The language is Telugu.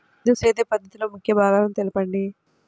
బిందు సేద్య పద్ధతిలో ముఖ్య భాగాలను తెలుపండి?